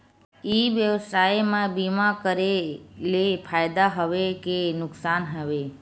ई व्यवसाय म बीमा करे ले फ़ायदा हवय के नुकसान हवय?